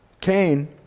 Cain